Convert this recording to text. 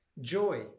joy